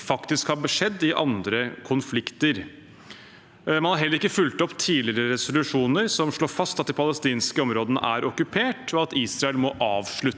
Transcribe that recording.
faktisk har skjedd i andre konflikter. Man har heller ikke fulgt opp tidligere resolusjoner som slår fast at de palestinske områdene er okkupert, og at Israel må avslutte